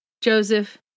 Joseph